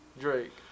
Drake